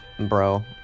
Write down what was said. bro